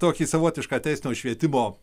tokį savotišką teisinio švietimo